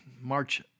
march